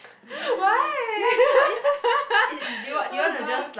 why oh god